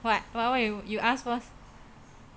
what you ask first